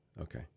Okay